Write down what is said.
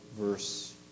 verse